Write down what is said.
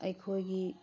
ꯑꯩꯈꯣꯏꯒꯤ